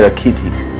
ah kidnapping